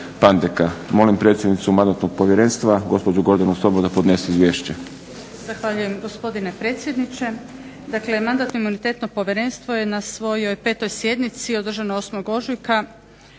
Škvarića. Molim predsjednicu Mandatno-imunitetnog povjerenstva gospođu Gordanu Sobol da podnese izvješće.